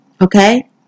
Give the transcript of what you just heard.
Okay